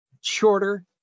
shorter